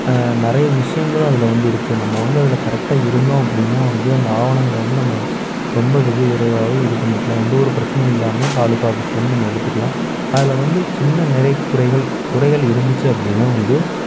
நிறைய விஷயங்களும் அதில் வந்து இருக்குது நம்ம வந்து அதில் கரெக்டாக இருந்தோம் அப்படின்னா வந்து அந்த ஆவணங்கள வந்து நம்ம ரொம்ப வெகு விரைவாக இது பண்ணிக்கலாம் எந்தவொரு பிரச்சனையும் இல்லாமல் தாலுகா ஆஃபீஸில் இருந்து நம்ம எடுத்துக்கலாம் அதில் வந்து சின்ன நிறைகுறைகள் குறைகள் இருந்துச்சு அப்படின்னா வந்து